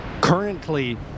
currently